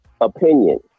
opinion